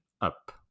up